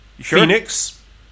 Phoenix